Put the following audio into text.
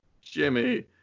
Jimmy